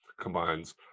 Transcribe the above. combines –